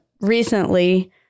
recently